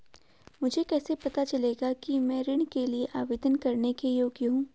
मुझे कैसे पता चलेगा कि मैं ऋण के लिए आवेदन करने के योग्य हूँ?